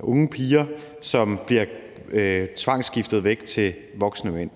unge piger, som bliver tvangsgiftet væk til voksne mænd.